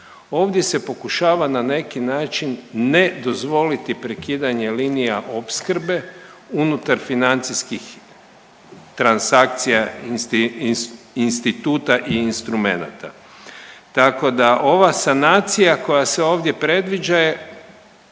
Ovdje se pokušava na neki način ne dozvoliti prekidanje linija opskrbe unutar financijskih transakcija instituta i instrumenata. Tako da ova sanacija koja se ovdje predviđa je